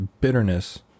bitterness